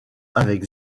avec